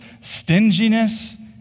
stinginess